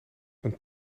een